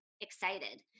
excited